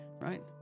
right